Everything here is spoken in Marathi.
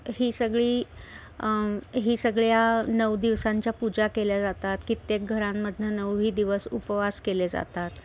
ही सगळी ही सगळ्या नऊ दिवसांच्या पूजा केल्या जातात कित्येक घरांमधनं नऊही दिवस उपवास केले जातात